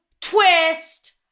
twist